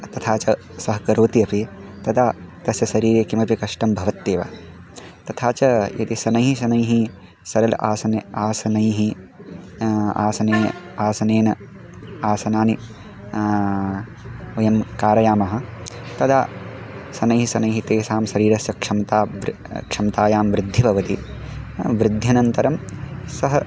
तथा च सः करोति अपि तदा तस्य शरीरे किमपि कष्टं भवत्येव तथा च यदि शनैः शनैः सरलानि आसनानि आसनैः आसने आसनेन आसनानि वयं कारयामः तदा शनैः शनैः तेषां शरीरस्य क्षमता वृ क्षमतायां वृद्धिः भवति वृद्ध्यनन्तरं सः